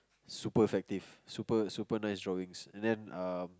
super effective super super nice drawings and then uh